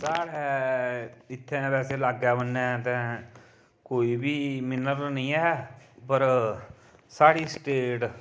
साढ़े इत्थें वैसे लागै ब'न्ने ते कोई बी मिनरल निं ऐ पर साढ़ी स्टेट